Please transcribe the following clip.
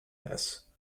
this